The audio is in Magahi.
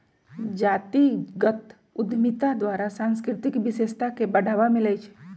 जातीगत उद्यमिता द्वारा सांस्कृतिक विशेषता के बढ़ाबा मिलइ छइ